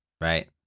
right